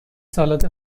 سالاد